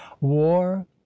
war